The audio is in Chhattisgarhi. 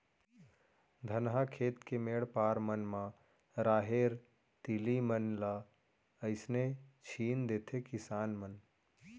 धनहा खेत के मेढ़ पार मन म राहेर, तिली मन ल अइसने छीन देथे किसान मन